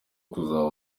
kuzaba